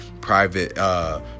private